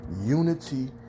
Unity